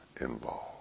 involved